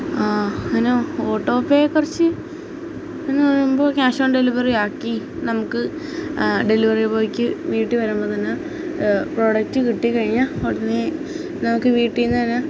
ആ അങ്ങനെ ഓട്ടോ പേയെക്കുറിച്ച് എന്ന് പറയുമ്പോൾ ക്യാഷ് ഓണ് ഡെലിവറി ആക്കി നമുക്ക് ഡെലിവറി ബോയ്ക്ക് വീട്ടിൽ വരുമ്പം തന്നെ പ്രോഡക്ട് കിട്ടിക്കഴിഞ്ഞാൽ ഉടനെ നമുക്ക് വീട്ടീൽ നിന്നുതന്നെ